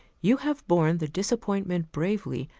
you have borne the disappointment bravely,